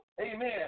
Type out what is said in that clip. Amen